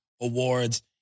awards